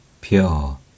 pure